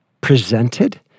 presented